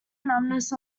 numbness